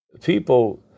People